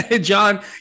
john